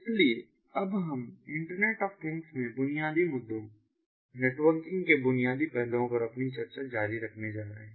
इसलिए अब हम इंटरनेट ऑफ थिंग्स में बुनियादी मुद्दों नेटवर्किंग के बुनियादी पहलुओं पर अपनी चर्चा जारी रखने जा रहे हैं